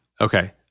Okay